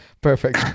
perfect